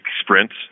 sprints